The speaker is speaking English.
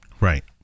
right